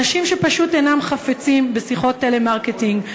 אנשים שפשוט אינם חפצים בשיחות טלמרקטינג,